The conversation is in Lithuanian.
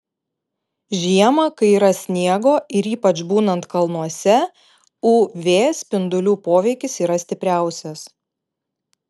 žiemą kai yra sniego ir ypač būnant kalnuose uv spindulių poveikis yra stipriausias